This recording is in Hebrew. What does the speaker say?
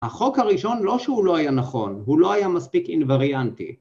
החוק הראשון לא שהוא לא היה נכון, הוא לא היה מספיק אינווריאנטי.